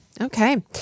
Okay